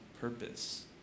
purpose